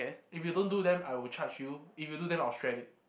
if you don't do then I will charge you if you do then I'll shred it